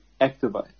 activate